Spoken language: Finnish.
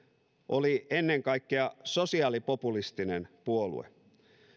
oli ennen kaikkea sosiaalipopulistinen puolue